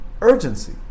urgency